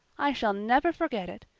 i shall never forget it.